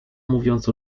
mówiąc